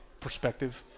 perspective